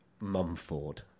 Mumford